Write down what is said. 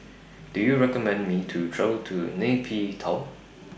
Do YOU recommend Me to travel to Nay Pyi Taw